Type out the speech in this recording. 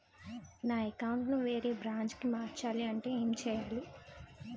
నా అకౌంట్ ను వేరే బ్రాంచ్ కి మార్చాలి అంటే ఎం చేయాలి?